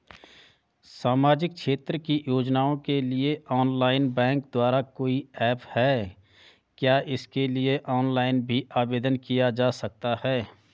सामाजिक क्षेत्र की योजनाओं के लिए ऑनलाइन बैंक द्वारा कोई ऐप है क्या इसके लिए ऑनलाइन भी आवेदन किया जा सकता है?